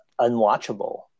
unwatchable